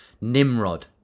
Nimrod